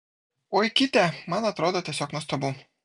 oi kitę man atrodo tiesiog nuostabu